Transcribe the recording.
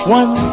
one